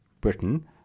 Britain